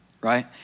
right